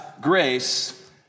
grace